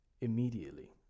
immediately